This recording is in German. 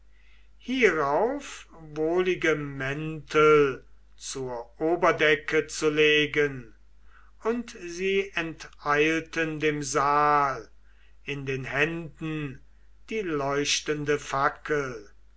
hierauf wollige mäntel zur oberdecke zu legen und sie enteilten dem saal in den händen die leuchtende fackel